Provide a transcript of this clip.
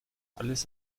alles